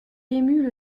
émus